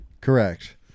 correct